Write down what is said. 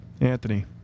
Anthony